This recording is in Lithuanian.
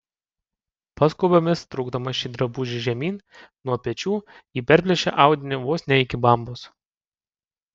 paskubomis traukdama šį drabužį žemyn nuo pečių ji perplėšė audinį vos ne iki bambos